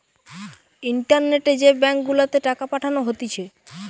ইন্টারনেটে যে ব্যাঙ্ক গুলাতে টাকা পাঠানো হতিছে